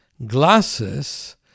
Glasses